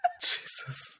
Jesus